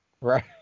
Right